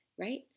right